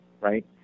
right